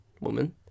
woman